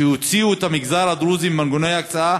שהוציאו את המגזר הדרוזי ממנגנוני ההקצאה,